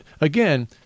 again